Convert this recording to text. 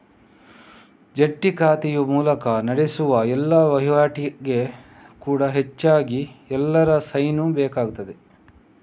ಜಂಟಿ ಖಾತೆಯ ಮೂಲಕ ನಡೆಸುವ ಎಲ್ಲಾ ವೈವಾಟಿಗೆ ಕೂಡಾ ಹೆಚ್ಚಾಗಿ ಎಲ್ಲರ ಸೈನು ಬೇಕಾಗ್ತದೆ